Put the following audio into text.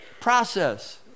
Process